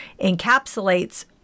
encapsulates